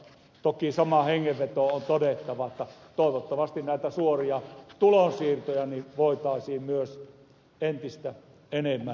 toki samaan hengenvetoon on todettava että toivottavasti näitä suoria tulonsiirtoja voitaisiin myös entistä enemmän tehdä